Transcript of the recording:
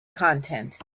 content